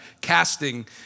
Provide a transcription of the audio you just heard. casting